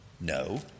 No